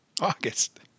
August